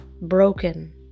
Broken